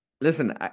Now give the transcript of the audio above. listen